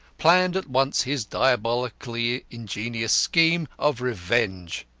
planned at once his diabolically ingenious scheme of revenge.